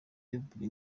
bible